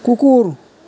কুকুৰ